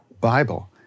Bible